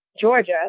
Georgia